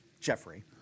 Jeffrey